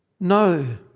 No